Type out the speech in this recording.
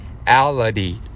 reality